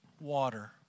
water